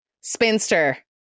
Spinster